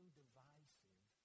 divisive